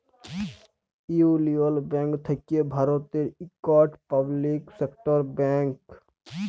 ইউলিয়ল ব্যাংক থ্যাকে ভারতের ইকট পাবলিক সেক্টর ব্যাংক